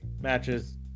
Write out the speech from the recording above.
matches